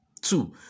Two